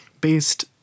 based